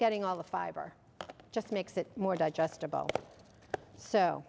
getting all the fiber it just makes it more digestible so